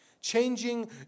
Changing